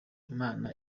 imana